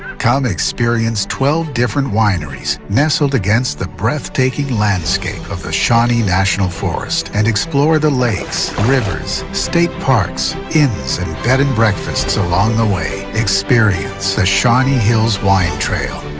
come experience twelve different wineries nestled against the breathtaking landscape of the shawnee national forest, and explore the lakes, rivers, state parks, inns, and and bed and breakfasts along the way. experience the shawnee hills wine trail.